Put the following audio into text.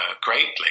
greatly